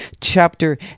chapter